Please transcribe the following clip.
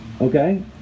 Okay